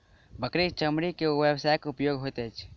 बकरीक चमड़ी के व्यवसायिक उपयोग होइत अछि